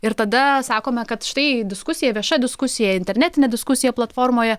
ir tada sakome kad štai diskusija vieša diskusija internetinė diskusija platformoje